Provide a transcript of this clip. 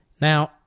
Now